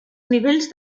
nivells